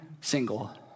single